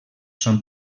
són